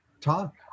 talk